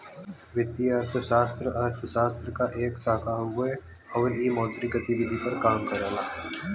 वित्तीय अर्थशास्त्र अर्थशास्त्र क एक शाखा हउवे आउर इ मौद्रिक गतिविधि पर काम करला